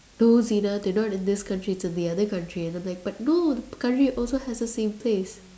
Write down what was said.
no Zina they're not in this country it's in the other country and I'm like no but no this country also has like the same place